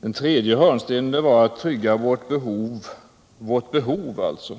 Den tredje hörnstenen var att trygga vårt behov av elkraft — vårt behov alltså.